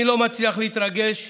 אני לא מצליח להתרגש,